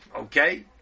okay